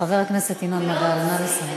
שלא עושים, חבר הכנסת ינון מגל, ולא, נא לסיים.